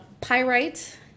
Pyrite